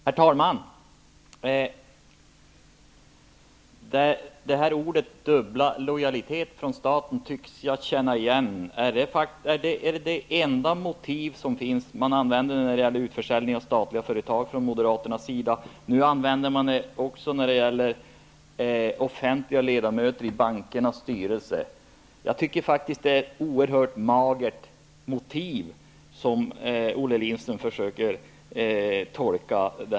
Herr talman! Uttrycket ''dubbla lojaliteter för staten'' tycker jag mig känna igen. Är det uttrycket det enda motiv som finns? Moderaterna använde det när det gällde utförsäljning av statliga företag. Nu använder man det också när det gäller det offentligas ledamöter i bankernas styrelser. Det är ett oerhört magert motiv som Olle Lindström försöker göra sig till tolk för.